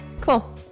cool